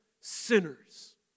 sinners